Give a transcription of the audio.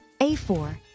A4